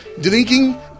drinking